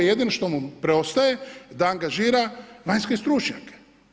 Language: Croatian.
Jedino što mu preostaje da angažira vanjske stručnjake.